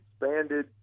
expanded